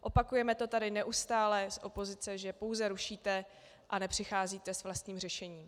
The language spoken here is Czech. Opakujeme to tady neustále z opozice, že pouze rušíte a nepřicházíte s vlastním řešením.